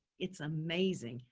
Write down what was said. it's amazing.